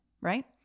right